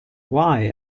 why